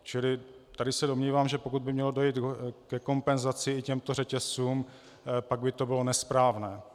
Čili tady se domnívám, že pokud by mělo dojít ke kompenzaci i těmto řetězcům, pak by to bylo nesprávné.